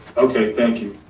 okay, thank you.